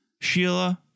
Sheila